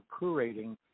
curating